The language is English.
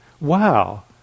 wow